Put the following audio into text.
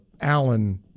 Allen